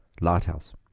lighthouse